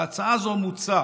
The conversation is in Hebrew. בהצעה זו מוצע